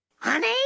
honey